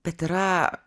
bet yra